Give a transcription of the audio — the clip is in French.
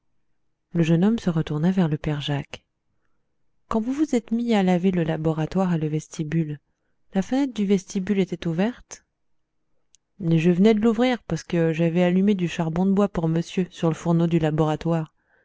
le jeune homme se retourna vers le père jacques quand vous vous êtes mis à laver le laboratoire et le vestibule la fenêtre du vestibule était-elle ouverte je venais de l'ouvrir parce que j'avais allumé du charbon de bois pour monsieur sur le fourneau du laboratoire